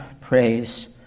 praise